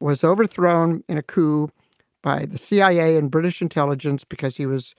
was overthrown in a coup by the cia and british intelligence because he was